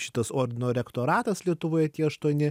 šitas ordino rektoratas lietuvoje tie aštuoni